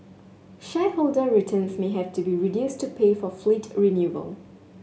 shareholder returns may have to be reduced to pay for fleet renewal